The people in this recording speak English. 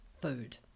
food